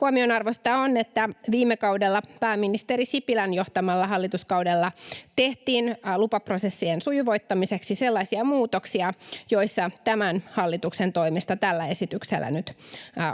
Huomionarvoista on, että viime kaudella, pääministeri Sipilän johtamalla hallituskaudella, tehtiin lupaprosessien sujuvoittamiseksi sellaisia muutoksia, joissa tämän hallituksen toimesta tällä esityksellä nyt